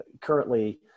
currently